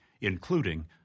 including